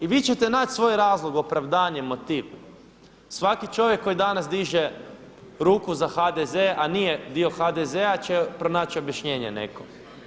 I vi ćete naći svoj razlog, opravdanje, motiv, svaki čovjek koji danas diže ruku za HDZ, a nije dio HDZ-a će pronać objašnjenje neko.